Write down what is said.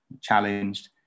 challenged